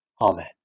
Amen